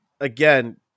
again